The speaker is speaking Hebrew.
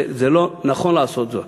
וזה לא נכון לעשות זאת.